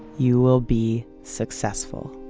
you will be successful.